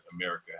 america